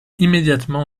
immédiatement